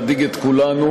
להדאיג את כולנו,